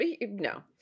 No